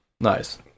Nice